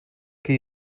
que